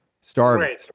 starving